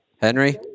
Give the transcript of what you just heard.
Henry